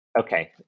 Okay